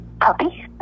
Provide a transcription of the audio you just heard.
puppy